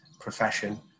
profession